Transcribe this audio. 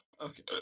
Okay